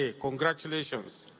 ah congratulations.